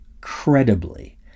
credibly